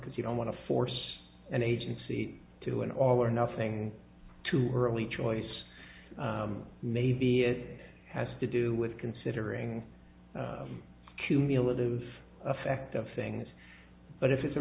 because you don't want to force an agency to an all or nothing to her only choice maybe it has to do with considering the cumulative effect of things but if it's a